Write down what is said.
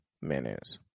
minutes